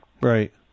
Right